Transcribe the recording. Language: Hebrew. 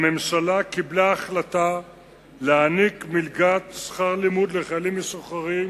הממשלה החליטה להעניק מלגת שכר לימוד לחיילים משוחררים